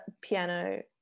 piano